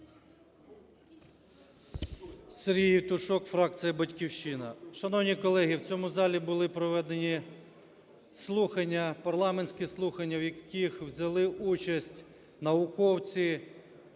Сергій Євтушок, фракція "Батьківщина". Шановні колеги, в цьому залі були проведені слухання, парламентські слухання, в яких взяли участь науковці,